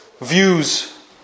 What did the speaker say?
views